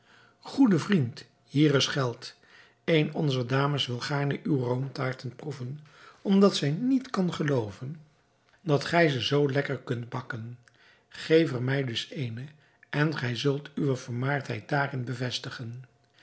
goede vriend hier is geld eene onzer dames wil gaarne uwe roomtaarten proeven omdat zij niet kan gelooven dat gij ze zoo lekker kunt bakken geef er mij dus eene en gij zult uwe vermaardheid daarin bevestigen